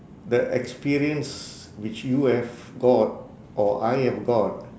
the experience which you have got or I have got